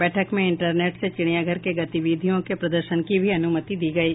बैठक में इंटरनेट से चिड़ियाघर के गतिविधियों के प्रदर्शन की भी अनुमति दी गयी